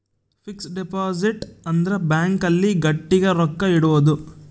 fix deposit ಅಂದ್ರ bank ಅಲ್ಲಿ ಗಟ್ಟಿಗ ರೊಕ್ಕ ಇಡೋದು